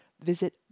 Visit